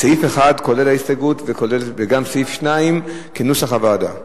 סעיף 1 כולל ההסתייגות וגם סעיף 2 כנוסח הוועדה.